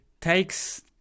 takes